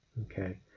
Okay